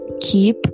Keep